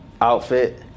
outfit